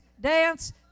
dance